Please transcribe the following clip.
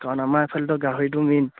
কাৰণ আমাৰ এইফালেতো গাহৰিটো মেইন